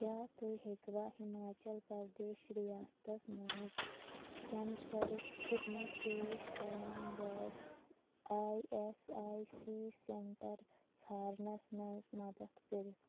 کیٛاہ تُہۍ ہیٚکوا ہِماچل پرٛدیش رِیاستس مَنٛز کیٚنسَرُک خٔدمت پیش کرن وٲلۍ I S I C centre ژھارنَس مَنٛز مدد کٔرِتھ